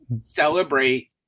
celebrate